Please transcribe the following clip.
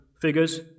figures